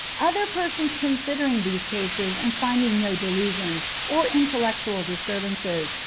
other persons considering these cases and finding no delusions, or intellectual disturbances,